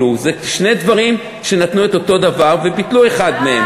זה שני דברים שנתנו את אותו דבר וביטלו אחד מהם.